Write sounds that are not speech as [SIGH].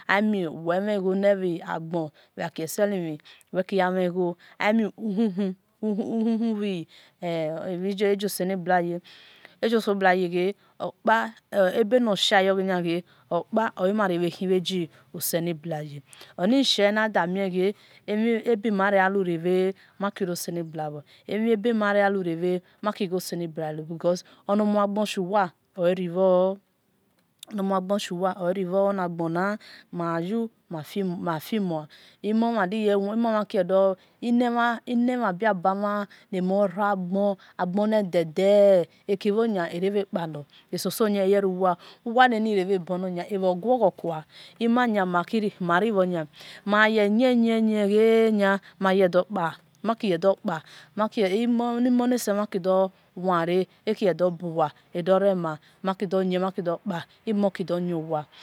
Amiwemelguo leiga weakaselini wekiamiguo amiu-u-u u-u-u [HESITATION] ajiaselebuaya ajiaselebuaya opa [HESITATION] abenashla womawege opaomaire agoselebuaye onash adi mige abi marea ura makiroselebuavo because onamugiwa ereo [HESITATION] onamugashwa erangoni mau maseiomo [HESITATION] imo ma biabama namoregani dada akionia arevapale asosona ayarewa uwaiinni revbinona avoguova imanimoriana maye yin yin yin makiredopa imo nasema kidu were akiredu buwa aduroma makidyn maki dupa amohn kidoyawa.